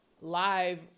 live